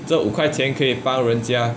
这五块钱可以帮人家